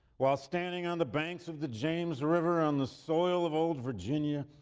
while standing on the banks of the james river on the soil of old virginia,